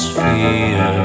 fear